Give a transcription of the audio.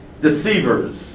deceivers